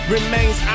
Remains